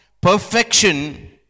perfection